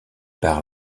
part